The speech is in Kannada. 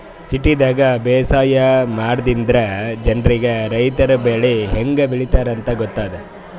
ಸಿಟಿದಾಗ್ ಬೇಸಾಯ ಮಾಡದ್ರಿನ್ದ ಜನ್ರಿಗ್ ರೈತರ್ ಬೆಳಿ ಹೆಂಗ್ ಬೆಳಿತಾರ್ ಅಂತ್ ಗೊತ್ತಾಗ್ತದ್